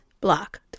block